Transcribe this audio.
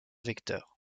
vecteur